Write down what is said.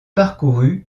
parcourue